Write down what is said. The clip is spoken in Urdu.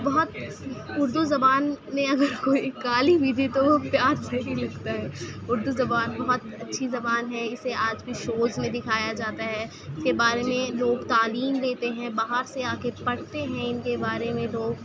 بہت اردو زبان میں اگر کوئی گالی بھی دے تو وہ پیار سے ہی لگتا ہے اردو زبان بہت اچھی زبان ہے اسے آج بھى شوز ميں دِكھايا جاتا ہے اس كے بارے میں لوگ تعلیم دیتے ہیں باہر سے آ کے پڑھتے ہیں ان کے بارے میں لوگ